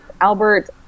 Albert